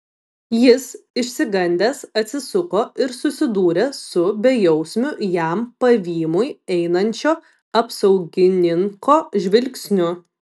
jis išsigandęs atsisuko ir susidūrė su bejausmiu jam pavymui einančio apsaugininko žvilgsniu